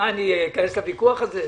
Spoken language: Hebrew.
מה, אכנס לוויכוח הזה?